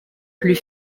plus